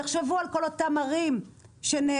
תחשבו על כל אותן ערים שנעזרות